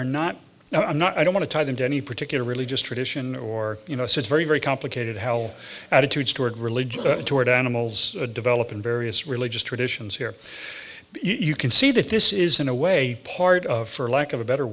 not now i'm not i don't want to tie them to any particular religious tradition or you know so it's very very complicated how attitudes toward religion toward animals develop in various religious traditions here you can see that this is in a way part of for lack of a better